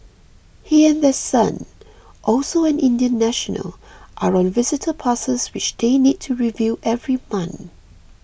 he and their son also an Indian national are on visitor passes which they need to renew every month